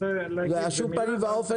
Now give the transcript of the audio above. ושום פנים ואופן,